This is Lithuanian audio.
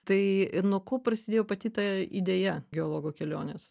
tai nuo ko prasidėjo pati ta idėja geologo keliones